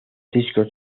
discos